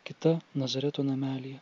kita nazareto namelyje